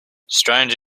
strange